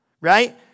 Right